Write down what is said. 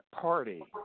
Party